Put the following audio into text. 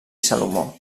salomó